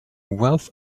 wealth